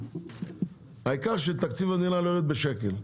העיקר שתקציב המדינה לא יירד בשקל.